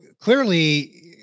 clearly